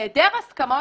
בהעדר הסכמות,